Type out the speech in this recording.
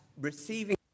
receiving